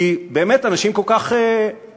כי אנשים כל כך משמעותיים,